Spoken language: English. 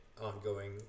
ongoing